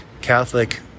Catholic